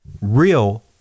Real